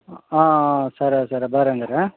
ಆಂ ಆಂ ಸರಿ ಸರಿ ಬರ್ರಿ ಹಂಗಾರೆ